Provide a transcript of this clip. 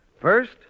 First